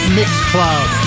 MixCloud